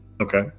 okay